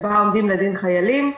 עומדים בה לדין חיילים.